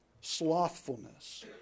slothfulness